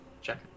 Check